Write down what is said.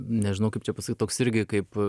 nežinau kaip čia pasakyt toks irgi kaip